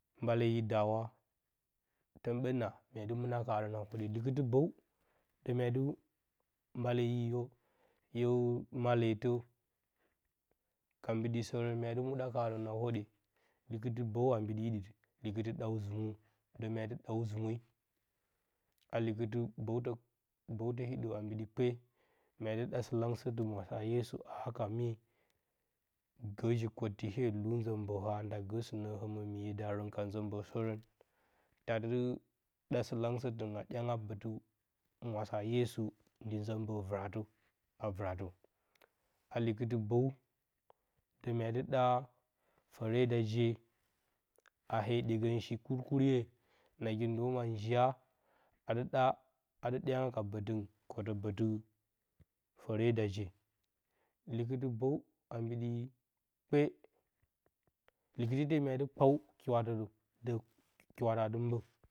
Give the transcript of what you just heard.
Mbale yo daawa ton ɓə naa mya dɨ mɨna karə ha hwodye. Likɨtɨ bəw də mya dɨ mbale yo yo maletə ka mbidisərə mya dɨ muɗa karə ha hwodye. Li kɨtɨ bəw a mbiɗi hiɗə. likɨtɨ ɗaw zɨmwo də mya dɨ daw zɨmwe a likɨtɨ bəwtə bəwtə hiɗə a mbiɗi kpe, ya ɗɨ da sɨ- langsətɨ mwasa yesu a haka mye gə ji-kotti hye lu nzəmbəha nda gə sɨnə həmɨmiye daratunn ka nzəmbə sərə, tadi ɗa sɨ-langsətɨ mya ɗya nga bətɨ mwasa yesu ndɨ nzə mbə vɨrə a tɨratə. A likɨtɨ bəw də mya dɨ ɗa, də m ya dɨ ɗa fəre da jehaa hee dyegəshi kurkurye nagi ndəma njiya adɨ dyanga ka bətingɨn kote bətɨ fəre da je. Likɨtɨ bəw a mbiɗi kpe, likɨti ite mya dɨ kpaw kiwatə də, də kiwatə adɨ mbə.